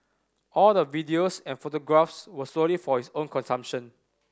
all the videos and photographs were solely for his own consumption